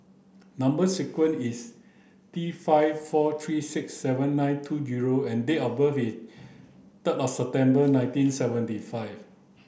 number sequence is T five four three six seven nine two zero and date of birth is September nineteen seventy five